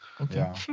Okay